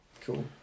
cool